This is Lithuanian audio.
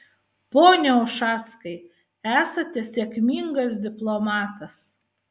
pone ušackai esate sėkmingas diplomatas